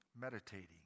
Meditating